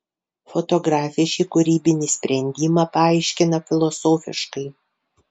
fotografė šį kūrybinį sprendimą paaiškina filosofiškai